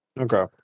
Okay